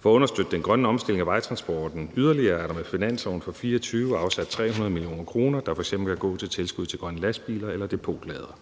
For at understøtte den grønne omstilling af vejtransporten yderligere er der med finansloven for 2024 afsat 300 mio. kr., der f.eks. kan gå til tilskud til grønne lastbiler eller depotladere.